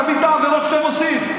תבין את העבירות שאתם עושים.